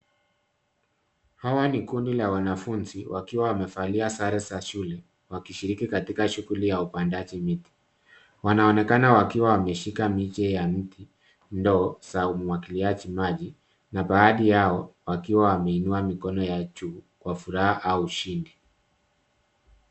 Hawa ni kundi la wanafunzi wakiwa wamevalia sare za shule, wakishiriki katika shughuli ya upandaji miti. Wanaonekana wakiwa wameshika miche ya miti, ndoo za umwagiliaji maji na baadhi yao wakiwa wameinua mikono yao juu, kwa furaha au ushindi.